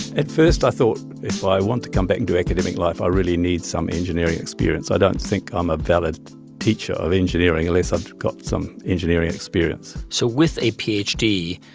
at first, i thought if i want to come back into academic life, i really need some engineering experience. i don't think i'm a valid teacher of engineering unless i've got some engineering experience so with a ph d,